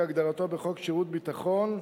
כהגדרתו בחוק שירות ביטחון ,